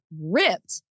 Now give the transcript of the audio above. ripped